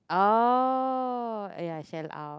oh ah yeah Shell-Out